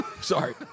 sorry